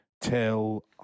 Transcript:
till